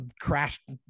crashed